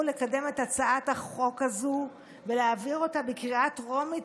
לקדם את הצעת החוק הזו להעביר אותה בקריאה טרומית,